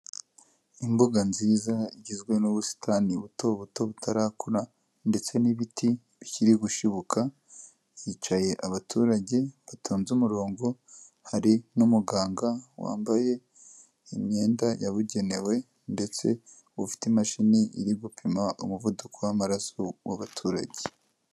Imbuga nziza igizwe n'ubusitani buto buto butarakura ndetse n'ibiti bikiri gushibuka, hicaye abaturage batonze umurongo, hari n'umuganga wambaye imyenda yabugenewe ndetse ufite imashini iri gupima umuvuduko w'amaraso w'abaturage.